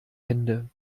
hände